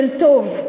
של טוב.